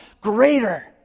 greater